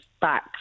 back